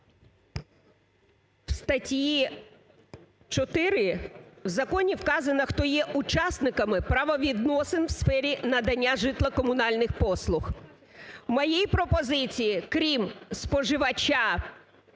У статті 4 в законі вказано, хто є учасниками правовідносин в сфері надання житло-комунальних послуг. У моїй пропозиції, крім споживача